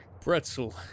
Pretzel